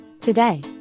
Today